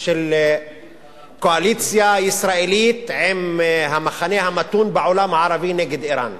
שיש קואליציה ישראלית עם המחנה המתון בעולם הערבי נגד אירן,